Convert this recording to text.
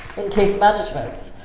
in case management,